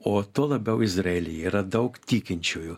o tuo labiau izraelyje yra daug tikinčiųjų